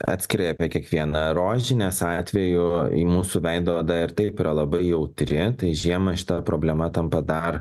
atskirai apie kiekvieną rožinės atveju į mūsų veido oda ir taip yra labai jautri tai žiemą šita problema tampa dar